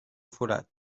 forat